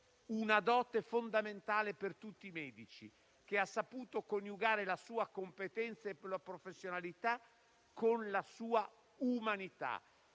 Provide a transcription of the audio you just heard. una dote fondamentale per tutti i medici, che ha saputo coniugare competenza e professionalità con la sua umanità,